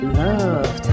love